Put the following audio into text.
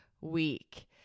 week